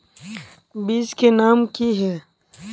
बीज के नाम की हिये?